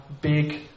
big